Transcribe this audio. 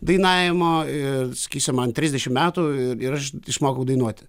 dainavimo ir sakysim man trisdešimt metų ir ir aš išmokau dainuoti